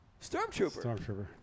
Stormtrooper